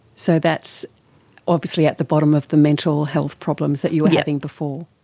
so that's obviously at the bottom of the mental health problems that you were having before.